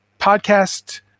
podcast